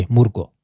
Murgo